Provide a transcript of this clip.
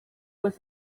was